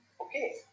okay